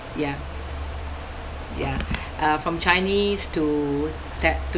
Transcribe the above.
ya ya uh from chinese to tha~ to